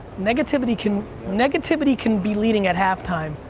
negativity can negativity can be leading at halftime.